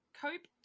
Cope